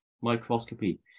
microscopy